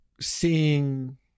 seeing